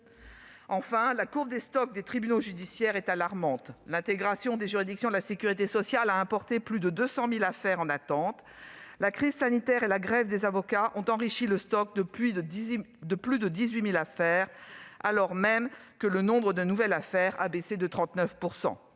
civiles. La courbe des stocks des tribunaux judiciaires est alarmante. L'intégration des juridictions de la sécurité sociale a importé plus de 200 000 affaires en attente, et la crise sanitaire et la grève des avocats ont alourdi ce stock de plus de 18 000 affaires, alors même que le nombre de nouvelles affaires a baissé de 39 %.